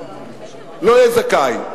לא יהיה זכאי.